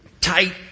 tight